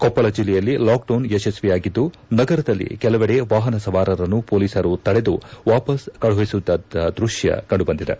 ಕೊಪ್ಪಳ ಜಿಲ್ಲೆಯಲ್ಲಿ ಲಾಕ್ಡೌನ್ ಯಶಸ್ವಿಯಾಗಿದ್ದು ನಗರದಲ್ಲಿ ಕೆಲವೆಡೆ ವಾಹನ ಸವಾರರನ್ನು ಪೊಲೀಸರು ತದೆದು ವಾಪಸ್ ಕಳುಹಿಸುತ್ತಿದ್ದ ದೃಶ್ಯ ಕಂಡು ಬಂದಿದೆ